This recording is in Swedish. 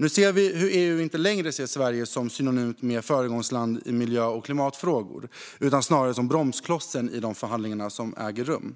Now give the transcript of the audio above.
Nu ser vi hur EU inte längre ser Sverige som ett föregångsland i miljö och klimatfrågor utan snarare som bromsklossen i de förhandlingar som äger rum.